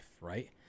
right